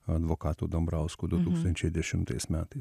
advokatu dambrausku du tūkstančiai dešimtais metais